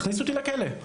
תכניסו אותי לכלא,